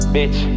Bitch